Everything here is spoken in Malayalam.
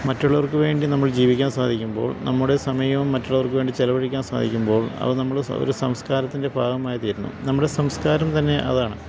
മറ്റുള്ളവർക്കുവേണ്ടി നമ്മൾ ജീവിക്കാൻ സാധിക്കുമ്പോൾ നമ്മുടെ സമയവും മറ്റുള്ളവർക്കുവേണ്ടി ചെലവഴിക്കാന് സാധിക്കുമ്പോൾ അവ നമ്മുടെ ഒരു സംസ്കാരത്തിൻ്റെ ഭാഗമായിത്തീരുന്നു നമ്മുടെ സംസ്കാരം തന്നെ അതാണ്